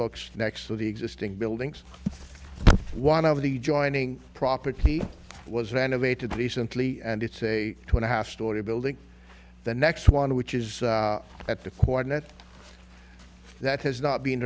looks next to the existing buildings one of the joining property was renovated recently and it's a two and a half story building the next one which is at the coronet that has not be